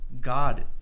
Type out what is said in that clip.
God